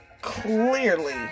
clearly